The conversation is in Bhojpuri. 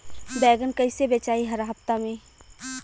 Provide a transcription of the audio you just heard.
बैगन कईसे बेचाई हर हफ्ता में?